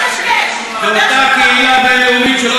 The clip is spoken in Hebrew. זה אותה קהילה בין-לאומית שלא שמענו את קולה